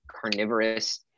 carnivorous